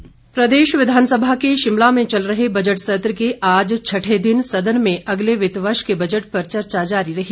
budget चर्चा प्रदेश विघानसभा के शिमला में चल रहे बजट सत्र के आज छठे दिन सदन में अगले वित्त वर्ष के बजट पर चर्चा जारी रही